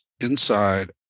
inside